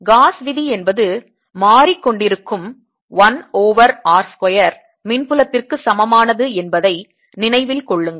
cos விதி என்பது மாறிக்கொண்டிருக்கும் 1 ஓவர் r ஸ்கொயர் மின் புலத்திற்கு சமானமானது என்பதை நினைவில் கொள்ளுங்கள்